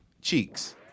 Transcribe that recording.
Cheeks